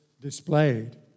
displayed